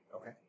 Okay